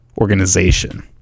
organization